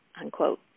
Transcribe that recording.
unquote